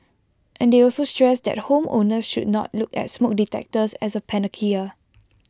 and they also stressed that home owners should not look at smoke detectors as A panacea